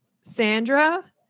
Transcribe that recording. Sandra